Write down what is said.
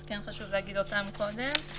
אז כן חשוב להגיד אותם קודם.